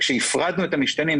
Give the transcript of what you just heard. כאשר הפרדנו את המשתנים,